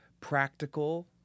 practical